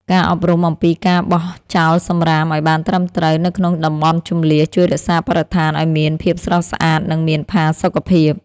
ការអប់រំអំពីការបោះចោលសម្រាមឱ្យបានត្រឹមត្រូវនៅក្នុងតំបន់ជម្លៀសជួយរក្សាបរិស្ថានឱ្យមានភាពស្រស់ស្អាត និងមានផាសុកភាព។